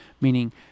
Meaning